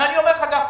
הרב גפני,